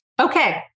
Okay